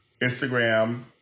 Instagram